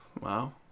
Wow